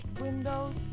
windows